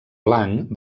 blanc